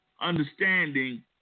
understanding